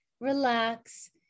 relax